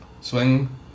Swing